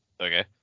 Okay